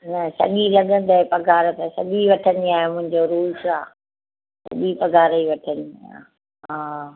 न सॼी लॻंदई पघार त सॼी वठंदी आहियां मुंहिंजो रूल्स आहे सॼी पघार ई वठंदी आहियां हा